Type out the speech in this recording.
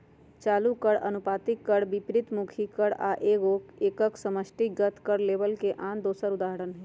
चालू कर, अनुपातिक कर, विपरितमुखी कर आ एगो एकक समष्टिगत कर लेबल के आन दोसर उदाहरण हइ